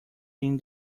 gin